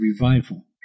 revival